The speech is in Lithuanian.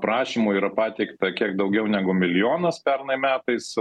prašymų yra pateikta kiek daugiau negu milijonas pernai metais